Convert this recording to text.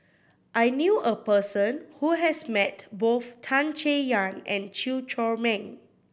I knew a person who has met both Tan Chay Yan and Chew Chor Meng